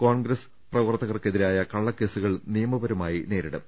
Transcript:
കോൺഗ്രസ് പ്രവർത്തകർക്കെതിരായ കള്ളകേസുകൾ നിയമപരമായി നേരിടും